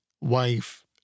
wife